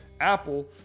Apple